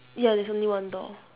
ya there's only one door